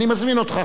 אני מזמין אותך,